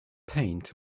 paint